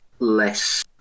Less